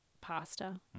pasta